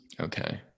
Okay